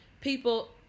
people